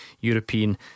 European